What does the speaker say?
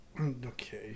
Okay